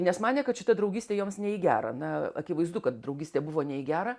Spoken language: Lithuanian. nes manė kad šita draugystė joms ne į gerą na akivaizdu kad draugystė buvo ne į gerą